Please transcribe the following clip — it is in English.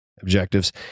objectives